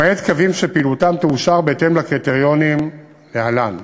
למעט קווים שפעילותם תאושר בהתאם לקריטריונים להלן: